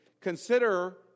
consider